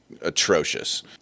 atrocious